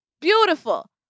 beautiful